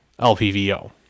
lpvo